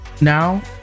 now